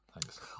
thanks